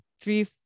three